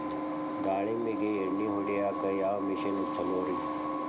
ದಾಳಿಂಬಿಗೆ ಎಣ್ಣಿ ಹೊಡಿಯಾಕ ಯಾವ ಮಿಷನ್ ಛಲೋರಿ?